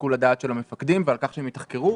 שיקול הדעת של המפקחים ועל כך שהם יתחקרו.